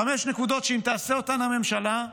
חמש נקודות שאם תעשה אותן הממשלה,